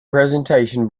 presentation